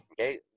Okay